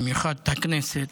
במיוחד את הכנסת,